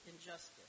injustice